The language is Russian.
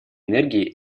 энергии